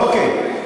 אוקיי.